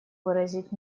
выразить